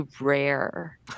rare